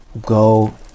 go